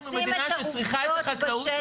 אנחנו מדינה שצריכה את החקלאות,